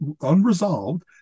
unresolved